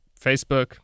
facebook